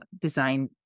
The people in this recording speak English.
design